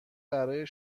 برای